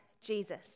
Jesus